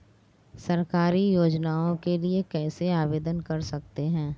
सरकारी योजनाओं के लिए कैसे आवेदन कर सकते हैं?